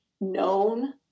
known